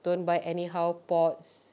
don't buy anyhow pots